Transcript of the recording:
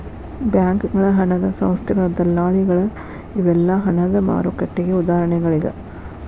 ಬ್ಯಾಂಕಗಳ ಹಣದ ಸಂಸ್ಥೆಗಳ ದಲ್ಲಾಳಿಗಳ ಇವೆಲ್ಲಾ ಹಣದ ಮಾರುಕಟ್ಟೆಗೆ ಉದಾಹರಣಿಗಳ